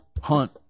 Hunt